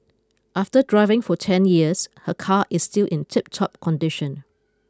after driving for ten years her car is still in tiptop condition